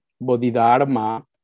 Bodhidharma